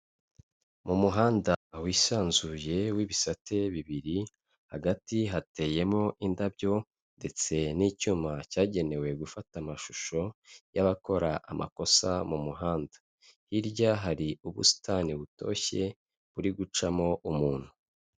Mu muhanda wisanzuye w'ibisate bibiri, hagati hateyemo indabyo ndetse n'icyuma cyagenewe gufata amashusho y'abakora amakosa mu muhanda, hirya hari ubusitani butoshye buri gucamo umuntu.